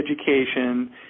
education